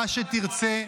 מה שתרצה.